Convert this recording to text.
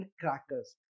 crackers